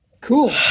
Cool